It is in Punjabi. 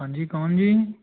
ਹਾਂਜੀ ਕੌਣ ਜੀ